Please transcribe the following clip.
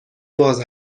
باز